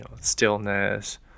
stillness